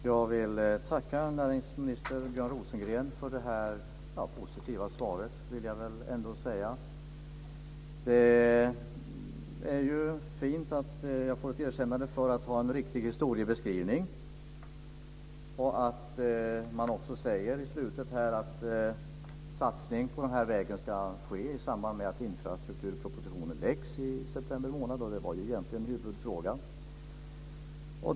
Herr talman! Jag vill tacka näringsminister Björn Rosengren för det positiva svaret. Det är fint att jag får ett erkännande för att ha en riktig historiebeskrivning och att det också sägs i slutet på svaret att en satsning på vägen ska ske i samband med att infrastrukturpropositionen läggs fram i september månad. Det var egentligen huvudfrågan.